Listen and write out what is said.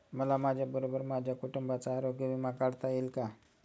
मला माझ्याबरोबर माझ्या कुटुंबाचा आरोग्य विमा काढता येईल का?